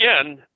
again